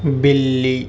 بِلّی